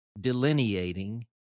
delineating